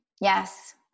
Yes